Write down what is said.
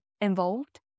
involved